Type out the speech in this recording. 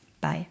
Bye